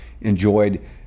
enjoyed